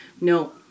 No